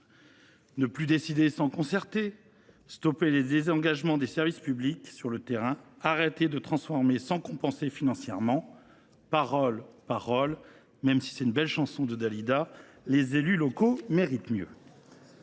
Ne plus décider sans concerter, stopper les désengagements des services publics sur le terrain, arrêter de transférer sans compenser financièrement :« Paroles, paroles, paroles… » Même si c’est une belle chanson de Dalida, les élus locaux méritent mieux